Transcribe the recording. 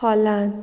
हॉलांत